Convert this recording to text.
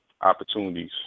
opportunities